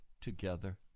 together